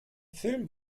film